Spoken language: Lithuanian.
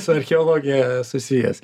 su archeologija susijęs